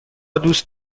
دوست